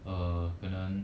uh 可能